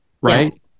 right